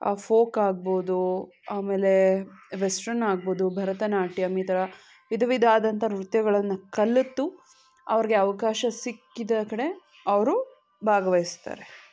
folk ಆಗ್ಬೋದು ಆಮೇಲೆ western ಆಗ್ಬೋದು ಭರತನಾಟ್ಯಂ ಈ ಥರ ವಿಧವಿಧದಂಥ ನೃತ್ಯಗಳನ್ನ ಕಲಿತು ಅವ್ರಿಗೆ ಅವಕಾಶ ಸಿಕ್ಕಿದ ಕಡೆ ಅವರು ಭಾಗವಹಿಸ್ತಾರೆ